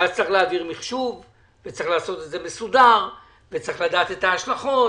ואז צריך להעביר מחשוב ולעשות את זה מסודר ולדעת את ההשלכות.